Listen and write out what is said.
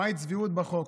מהי צביעות בחוק.